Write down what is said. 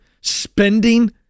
spending